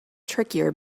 trickier